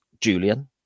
Julian